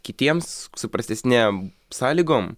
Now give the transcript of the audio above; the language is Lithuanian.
kitiems su prastesnėm sąlygom